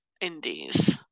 indies